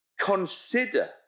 Consider